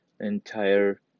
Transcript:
entire